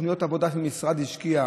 לתוכניות עבודה שהמשרד השקיע,